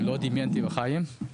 לא דמיינתי בחיים.